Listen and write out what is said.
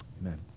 amen